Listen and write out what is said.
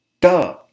Duh